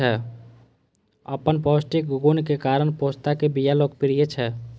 अपन पौष्टिक गुणक कारण पोस्ताक बिया लोकप्रिय छै